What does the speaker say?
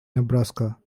nebraska